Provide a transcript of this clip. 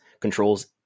controls